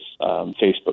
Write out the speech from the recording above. Facebook